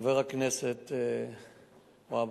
חבר הכנסת והבה,